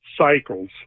cycles